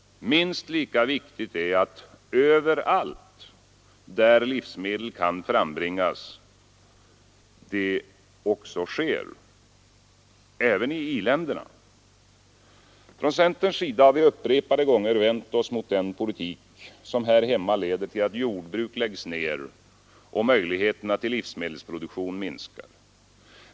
Minst lika viktigt är att överallt där livsmedel kan frambringas — alltså även i i-länderna — så också sker. Från centerns sida har vi upprepade gånger vänt oss mot den politik som här hemma leder till att jordbruk läggs ner och möjligheterna till livsmedelsproduktion minskar.